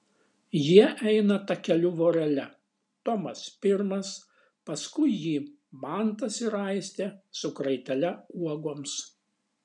jie eina takeliu vorele tomas pirmas paskui jį mantas ir aistė su kraitele uogoms